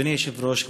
אדוני היושב-ראש,